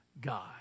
God